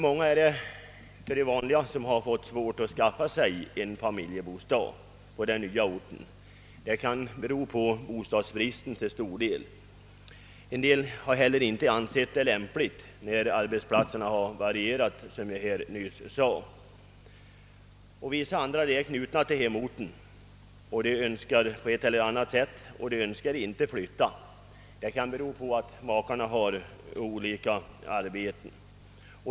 Man bor kvar i sin hemort. Många har svårt att skaffa sig en familjebostad på den nya orten. Det kan t.ex. bero på bostadsbristen. En del har inte heller ansett det lämpligt att skaffa bostad på den nya orten, då de byter arbetsplats så ofta. Vissa andra är knutna till hemorten på ett eller annat sätt och önskar inte flytta. Det kan t.ex. bero på att makarna har olika arbeten.